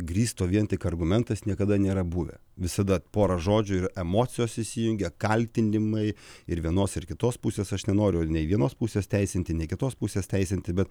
grįsto vien tik argumentas niekada nėra buvę visada pora žodžių ir emocijos įsijungia kaltinimai ir vienos ir kitos pusės aš nenoriu nei vienos pusės teisinti nei kitos pusės teisinti bet